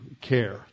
care